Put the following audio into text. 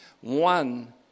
one